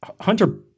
Hunter